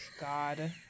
god